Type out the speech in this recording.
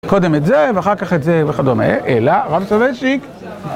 קודם את זה, ואחר כך את זה, וכדומה, אלא... רמצאוויץ'יק!